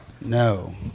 No